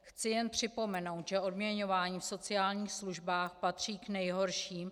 Chci jen připomenout, že odměňování v sociálních službách patří k nejhorším.